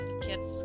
kids